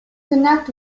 connect